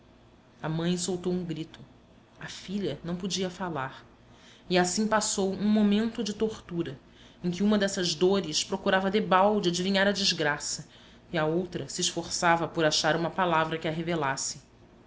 a mãe soltou um grito a filha não podia falar e assim passou um momento de tortura em que uma dessas dores procurava debalde adivinhar a desgraça e a outra se esforçava por achar uma palavra que a revelasse